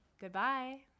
goodbye